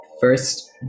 First